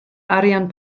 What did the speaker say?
arian